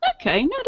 Okay